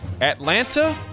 Atlanta